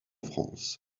france